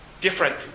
different